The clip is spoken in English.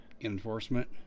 enforcement